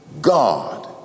God